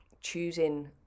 choosing